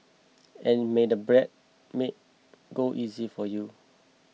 and may the bridesmaid go easy for you